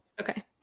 Okay